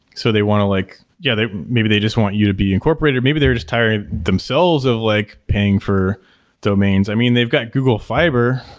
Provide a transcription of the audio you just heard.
so they want to like yeah maybe they just want you to be incorporated, maybe they're just tired themselves of like paying for domains. i mean, they've got google fiber.